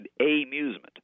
amusement